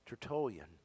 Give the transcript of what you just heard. Tertullian